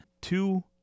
Two